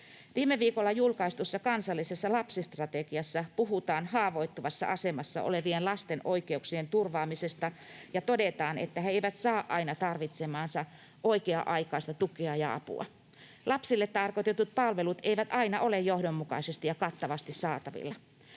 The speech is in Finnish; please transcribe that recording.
Viime viikolla julkaistussa kansallisessa lapsistrategiassa puhutaan haavoittuvassa asemassa olevien lasten oikeuksien turvaamisesta ja todetaan, että he eivät saa aina tarvitsemaansa oikea-aikaista tukea ja apua. Lapsille tarkoitetut palvelut eivät aina ole johdonmukaisesti ja kattavasti saatavilla.